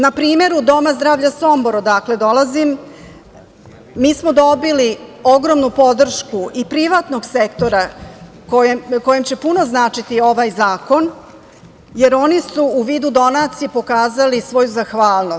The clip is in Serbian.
Na primeru Doma zdravlja Sombor, odakle dolazim, mi smo dobili ogromnu podršku i privatnog sektora kojem će puno značiti ovaj zakon, jer oni su u vidu donacije pokazali svoju zahvalnost.